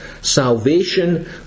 salvation